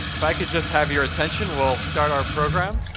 if i could just have your attention, we'll start our program.